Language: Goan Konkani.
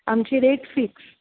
आमची रेट फिक्स